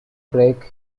break